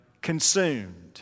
consumed